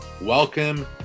Welcome